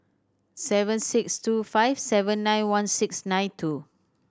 seven six two five seven nine one six nine two